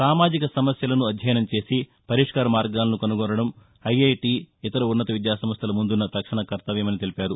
సామాజిక సమస్యలను అధ్యయనం చేసి పరిష్కరమార్గాలను కనుగొనడం ఐఐటీ ఇతర ఉన్నత విద్యాసంస్థల ముందున్న తక్షణకర్తవ్యమని తెలిపారు